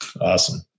Awesome